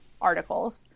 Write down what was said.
articles